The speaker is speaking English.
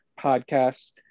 podcasts